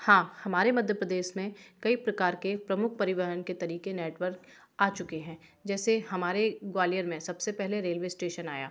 हाँ हमारे मध्य प्रदेश में कई प्रकार के प्रमुख परिवहन के तरीके नेटवर्क आ चुके हैं जैसे हमारे ग्वालियर में सबसे पहले रेलवे एस्टेशन आया